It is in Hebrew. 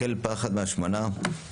החל מפחד מהשמנה,